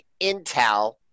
Intel –